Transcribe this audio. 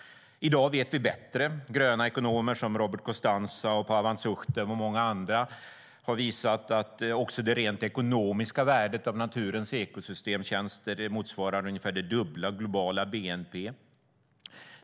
I dag vet vi bättre. Gröna ekonomer som Robert Costanza, Pavan Sukhdev och många andra har visat att också det rent ekonomiska värdet av naturens ekosystems tjänster motsvarar ungefär det dubbla av det globala bnp:t.